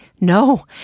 No